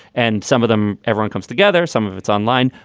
and some of them everyone comes together, some of it's online.